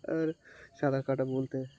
আর সাঁতার কাটা বলতে